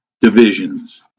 divisions